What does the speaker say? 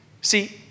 See